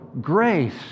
grace